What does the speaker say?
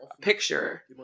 picture